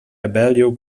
abellio